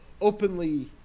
openly